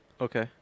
Okay